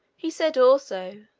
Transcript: he said, also,